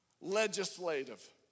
legislative